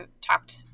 talked